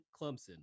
Clemson